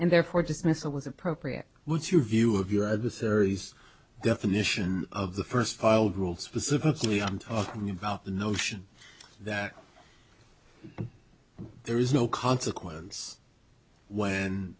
and therefore dismissal was appropriate what's your view of your adversary's definition of the first child rule specifically i'm talking about the notion that there is no consequence when